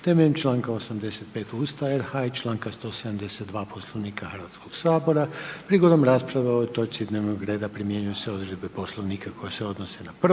temeljem čl. 85. Ustava RH i čl. 172. Poslovnika Hrvatskog sabora. Prigodom rasprave o ovoj točci dnevnog reda, primjenjuju se odredbe poslovnika koje se odnose na prvo